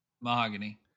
mahogany